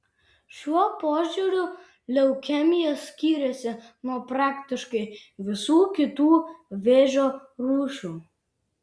šiuo požiūriu leukemija skyrėsi nuo praktiškai visų kitų vėžio rūšių